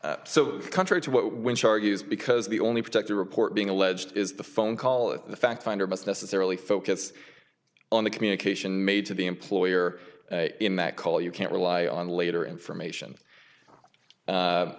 so contrary to what when charges because the only protect a report being alleged is the phone call it the fact finder must necessarily focus on the communication made to the employer in that call you can't rely on later information